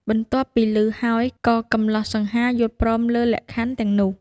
បន្ទាប់ពីឮហើយក៏កម្លោះសង្ហាយល់ព្រមលើលក្ខខណ្ឌទាំងនោះ។